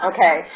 Okay